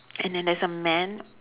and then there's a man